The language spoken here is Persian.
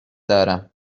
دارم